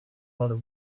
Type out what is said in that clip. other